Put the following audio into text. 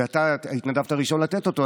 ואתה התנדבת ראשון לתת אותו,